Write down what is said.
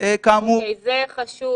זה חשוב.